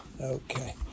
Okay